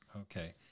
Okay